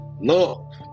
Love